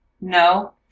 No